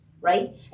right